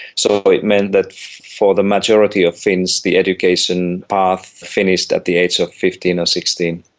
so it meant that for the majority of finns, the education path finished at the age of fifteen or sixteen.